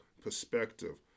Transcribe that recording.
perspective